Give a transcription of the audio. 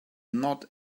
not